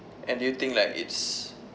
and do you think like it's